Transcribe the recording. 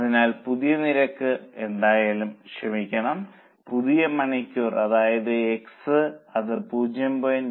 അതിനാൽ പുതിയ നിരക്ക് എന്തായാലും ക്ഷമിക്കണം പുതിയ മണിക്കൂർ അതായത് x അത് 0